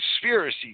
conspiracy